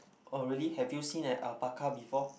oh really have you seen an alpaca before